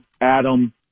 Adam